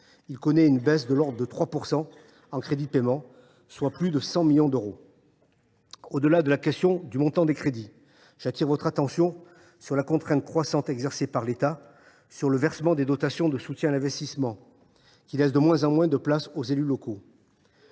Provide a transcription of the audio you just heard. il connaît une baisse de l’ordre de 3 % en CP, soit plus de 100 millions d’euros. Au delà de la question du montant des crédits, j’attire votre attention sur la contrainte croissante exercée par l’État sur le versement des dotations de soutien à l’investissement, qui laisse de moins en moins de place aux élus locaux.